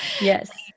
yes